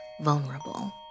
vulnerable